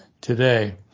today